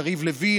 יריב לוין,